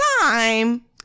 time